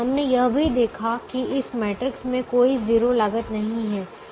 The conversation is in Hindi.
हमने यह भी देखा कि इस मैट्रिक्स में कोई 0 लागत नहीं हैं